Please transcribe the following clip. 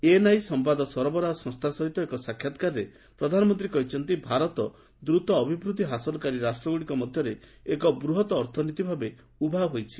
ANI ସମ୍ଭାଦ ସରବରାହ ସଂସ୍ଥା ସହିତ ଏକ ସାକ୍ଷାତ୍କାରରେ ପ୍ରଧାନମନ୍ତ୍ରୀ କହିଛନ୍ତି ଭାରତ ଦ୍ରୁତ ଅଭିବୃଦ୍ଧି ହାସଲକାରୀ ରାଷ୍ଟ୍ରଗୁଡ଼ିକ ମଧ୍ୟରେ ଏକ ବୃହତ୍ତ ଅର୍ଥନୀତି ଭାବେ ଉଭା ହୋଇଛି